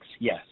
Yes